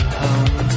home